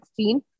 2016